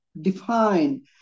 define